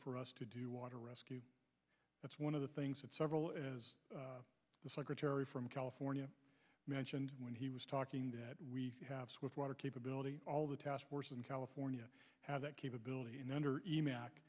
for us to do water rescue that's one of the things that several as the secretary from california mentioned when he was talking that we have swift water capability all the task force in california has that capability under e ma